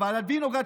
ועדת וינוגרד,